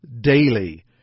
daily